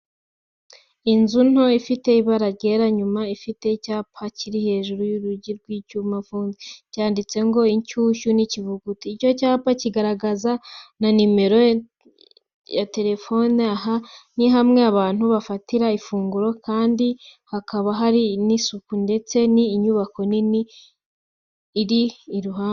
Inzu nto ifite ibara ryera inyuma, ifite icyapa kiri hejuru y'urugi rw'icyuma cyafunzwe, cyanditseho ngo:Inshyushyu n'ikivuguto." Icyo cyapa kigaragaza na numero telefoni, aha ni hamwe abantu bafatira ifunguro kandi hakaba hari n'isuku, ndetse n'inyubako nini iri iruhande.